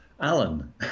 alan